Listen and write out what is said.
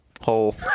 Hole